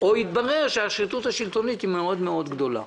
או התברר שהשחיתות השלטונית היא מאוד גדולה.